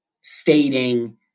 stating